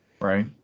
Right